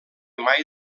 mai